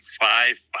five